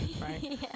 right